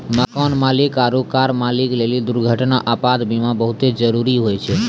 मकान मालिक आरु कार मालिक लेली दुर्घटना, आपात बीमा बहुते जरुरी होय छै